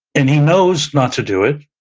and he knows not to do it,